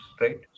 right